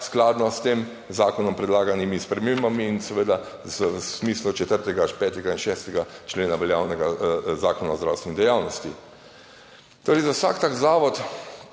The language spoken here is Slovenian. skladno s tem zakonom, predlaganimi spremembami in seveda v smislu 4., 5. in 6. člena veljavnega Zakona o zdravstveni dejavnosti. Torej za vsak tak zavod